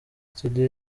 studio